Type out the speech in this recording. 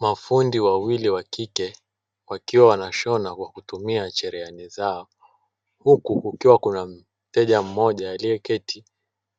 Mafundi wawili wa kike wakiwa wanashona kwa kutumia cherehani zao, huku kukiwa kuna mteja mmoja aliyeketi